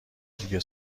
دیگه